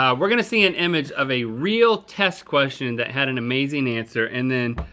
um we're gonna see an image of a real test question, that had an amazing answer, and then,